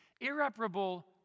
irreparable